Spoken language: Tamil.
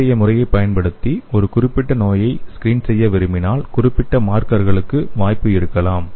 தற்போதைய முறையைப் பயன்படுத்தி ஒரு குறிப்பிட்ட நோயைத் ஸ்க்ரீன் செய்ய விரும்பினால் குறிப்பிட்ட மார்க்கர்களுக்கு வாய்ப்பு இருக்கலாம்